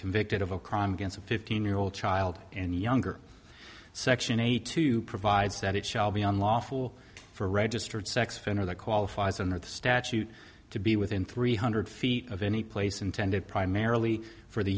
convicted of a crime against a fifteen year old child and younger section eight to provides that it shall be unlawful for a registered sex offender that qualifies under the statute to be within three hundred feet of any place intended primarily for the